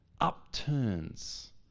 upturns